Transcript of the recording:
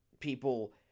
people